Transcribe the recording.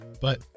but-